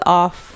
off